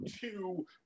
two